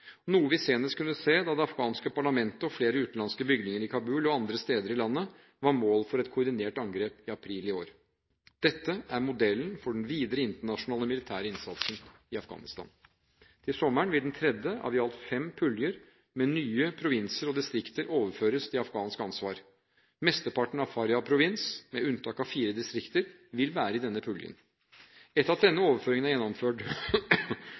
noe vi senest kunne se da det afghanske parlamentet og flere utenlandske bygninger i Kabul og andre steder i landet var mål for et koordinert angrep i april i år. Dette er modellen for den videre internasjonale militære innsatsen i Afghanistan. Til sommeren vil den tredje av i alt fem puljer med nye provinser og distrikter overføres til afghansk ansvar. Mesteparten av Faryab-provinsen, med unntak av fire distrikter, vil være i denne puljen. Etter at denne overføringen er gjennomført,